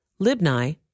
Libni